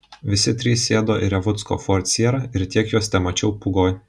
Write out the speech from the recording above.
visi trys sėdo į revucko ford sierra ir tiek juos temačiau pūgoj